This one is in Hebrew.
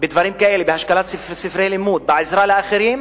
בדברים כאלה, בהשאלת ספרי לימוד, בעזרה לאחרים,